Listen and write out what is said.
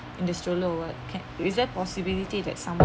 in the stroller or what can is that possibility that someone